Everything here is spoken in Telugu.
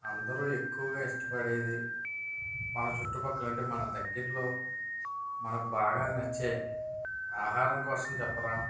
అందరు ఎక్కువగా ఇష్టపడేది మన చుట్టుపక్కల అంటే మన దగ్గరలో మనకు బాగా నచ్చే ఆహారం కోసం చెప్పరా